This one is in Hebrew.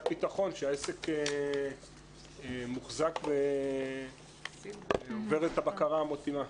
ביטחון שהעסק מוחזק ועובר את הבקרה המתאימה.